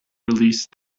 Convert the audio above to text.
released